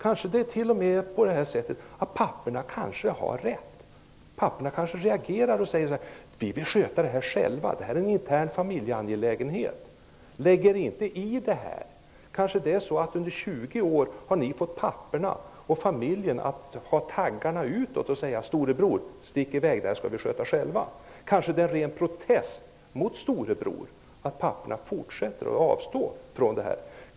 Kanske det t.o.m. är så att papporna har rätt? Kanske papporna reagerar och säger att de vill sköta det här själva, att det är en intern familjeangelägenhet, att ni inte skall lägga er i det här. Under 20 år har ni kanske fått papporna och familjerna att sätta ut taggarna och säga: Stick i väg, Storebror! Det här skall vi sköta själva! Kanske det är en ren protest mot Storebror att papporna fortsätter att avstå.